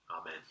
Amen